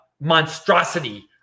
monstrosity